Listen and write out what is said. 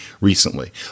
recently